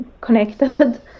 connected